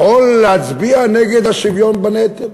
יכול להצביע נגד השוויון בנטל?